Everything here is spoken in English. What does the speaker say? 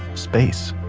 space.